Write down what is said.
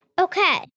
Okay